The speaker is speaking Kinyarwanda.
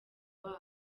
wabo